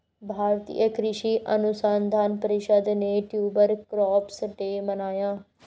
भारतीय कृषि अनुसंधान परिषद ने ट्यूबर क्रॉप्स डे मनाया